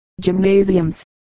gymnasiums